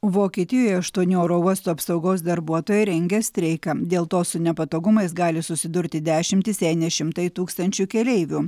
vokietijoje aštuoni oro uosto apsaugos darbuotojai rengia streiką dėl to su nepatogumais gali susidurti dešimtys jei ne šimtai tūkstančių keleivių